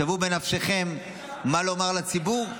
שוו בנפשכם מה לומר לציבור,